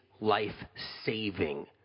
life-saving